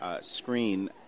screen